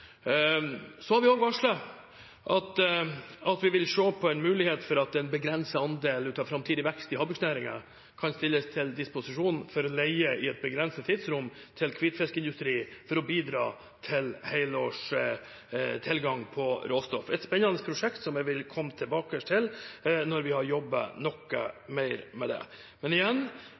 har også varslet at vi vil se på muligheten for at en begrenset andel av den framtidige veksten i havbruksnæringen kan stilles til disposisjon for leie i et begrenset tidsrom til hvitfiskindustri, for å bidra til helårs tilgang på råstoff. Det er et spennende prosjekt, som jeg vil komme tilbake til når vi har jobbet noe mer med det. Men igjen: